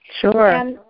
Sure